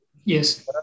Yes